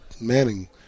Manning